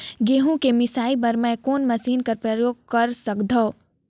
गहूं के मिसाई बर मै कोन मशीन कर प्रयोग कर सकधव?